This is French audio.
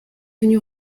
une